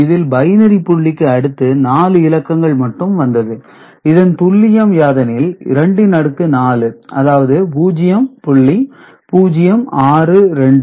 அதில் பைனரி புள்ளிக்கு அடுத்து 4 இலக்கங்கள் மட்டும் வந்தது இதன் துல்லியம் யாதெனில் 2 இன் அடுக்கு 4 அதாவது 0